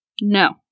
No